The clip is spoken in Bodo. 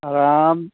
आराम